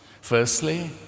Firstly